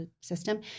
system